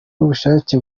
n’ubushake